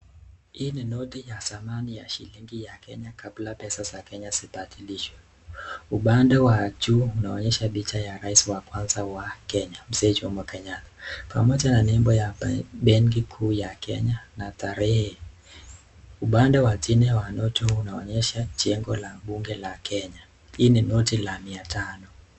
Hii ni noti ya Kenya ya zamani kabla pesa za Kenya zibadilishwe, upande wa juu unaonyesha picha ya rais wa kwanza wa Kenya Mzee Jomo Kenyatta pamoja na nembo ya benki kuu ya Kenya na tarehe, upande wa chini wa noti unaonyesha jengo la bunge la Kenya, hii ni noti la mia tano.